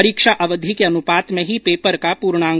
परीक्षा अवधि के अनुपात में ही पेपर का पूर्णांक होगा